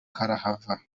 karahava